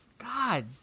God